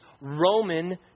Roman